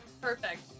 perfect